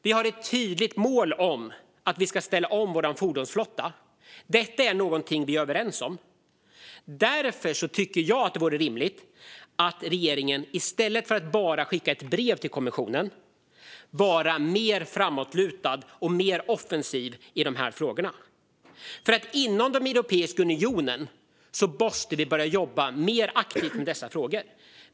Det finns ett tydligt mål om att ställa om fordonsflottan. Detta är något vi är överens om. Därför tycker jag att det vore rimligt att regeringen i stället för att bara skicka ett brev till kommissionen ska vara mer framåtlutad och mer offensiv i frågorna. Vi måste jobba mer aktivt med dessa frågor i Europeiska unionen.